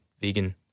Vegan